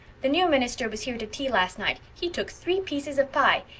the new minister was here to tea last night. he took three pieces of pie.